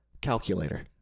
Calculator